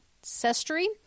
ancestry